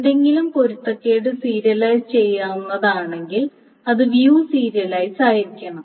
എന്തെങ്കിലും പൊരുത്തക്കേട് സീരിയലൈസ് ചെയ്യാവുന്നതാണെങ്കിൽ അത് വ്യൂ സീരിയലൈസ് ആയിരിക്കണം